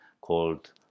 called